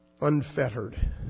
unfettered